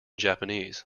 japanese